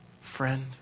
friend